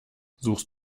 suchst